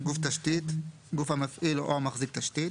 ""גוף תשתית" גוף המפעיל או המחזיק תשתית,